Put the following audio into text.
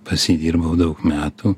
pas jį dirbau daug metų